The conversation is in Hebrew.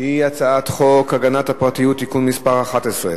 שהיא הצעת חוק הגנת הפרטיות (תיקון מס' 11),